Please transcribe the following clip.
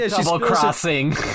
double-crossing